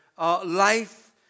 life